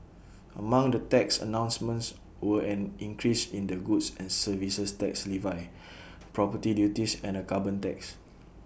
among the tax announcements were an increase in the goods and services tax levy property duties and A carbon tax